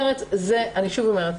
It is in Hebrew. אני שוב אומרת,